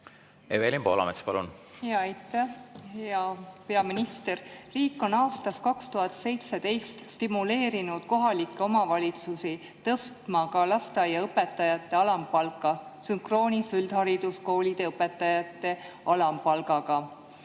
Evelin Poolamets, palun! Aitäh! Hea peaminister! Riik on aastast 2017 stimuleerinud kohalikke omavalitsusi tõstma ka lasteaiaõpetajate alampalka sünkroonis üldhariduskoolide õpetajate alampalgaga.